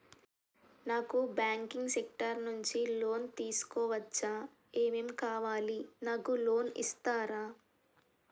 నాకు banking sector నుంచి loan తీసుకోవచ్చా? ఏమేం కావాలి? నాకు లోన్ ఇస్తారా?